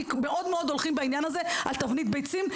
כי בעניין הזה הולכים על תבנית ביצים,